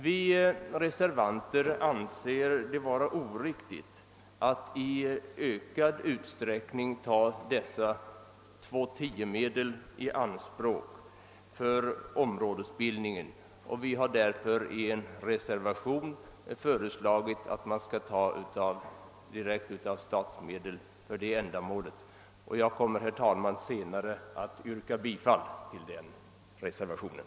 Vi reservanter anser det oriktigt att i ökad utsträckning ta medel enligt 2:10 vattenlagen i anspråk för områdesbildning och har därför i en reservation föreslagit att statsmedel skall användas för detta ändamål. Jag kommer, herr talman, senare att yrka bifall till den reservationen.